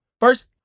First